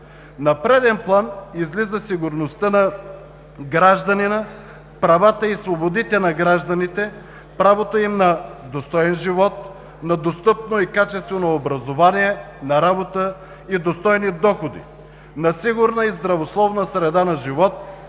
На преден план излиза сигурността на гражданина, правата и свободите на гражданите, правото им на достоен живот, на достъпно и качествено образование, на работа и достойни доходи, на сигурна и здравословна среда на живот,